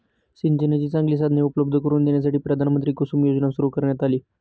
सिंचनाची चांगली साधने उपलब्ध करून देण्यासाठी प्रधानमंत्री कुसुम योजना सुरू करण्यात आली